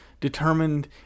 determined